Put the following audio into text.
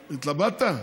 התלבטת?